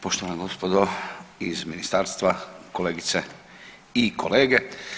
Poštovana gospodo iz ministarstva, kolegice i kolege.